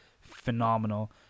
Phenomenal